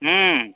হুম